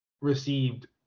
received